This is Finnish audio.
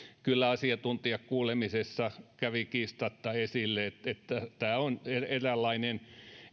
kyllä asiantuntijakuulemisessa tuli kiistatta esille että tämä on eräänlainen